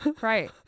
right